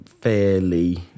fairly